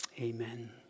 Amen